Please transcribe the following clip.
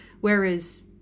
Whereas